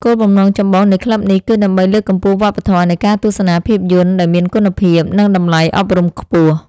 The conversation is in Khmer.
គោលបំណងចម្បងនៃក្លឹបនេះ គឺដើម្បីលើកកម្ពស់វប្បធម៌នៃការទស្សនាភាពយន្តដែលមានគុណភាព និងតម្លៃអប់រំខ្ពស់។